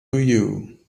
you